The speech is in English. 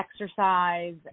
exercise